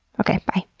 okay. bye.